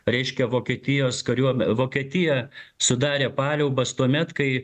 reiškia vokietijos kariuom vokietija sudarė paliaubas tuomet kai